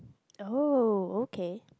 oh okay